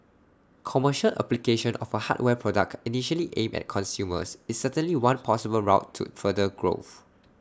commercial application of A hardware product initially aimed at consumers is certainly one possible route to further growth